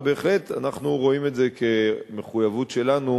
ובהחלט אנחנו רואים את זה כמחויבות שלנו